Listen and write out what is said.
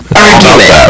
argument